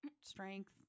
strength